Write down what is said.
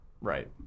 right